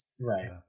Right